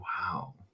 Wow